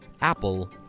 Apple